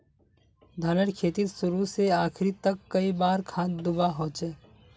धानेर खेतीत शुरू से आखरी तक कई बार खाद दुबा होचए?